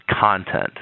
content